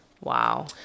wow